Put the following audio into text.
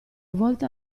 volta